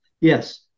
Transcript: Yes